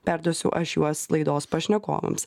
perduosiu aš juos laidos pašnekovams